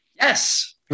Yes